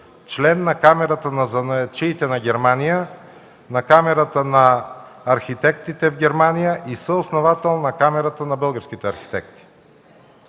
Член е на Камарата на занаятчиите в Германия, на Камарата на архитектите в Германия и съосновател на Камарата на българските архитекти.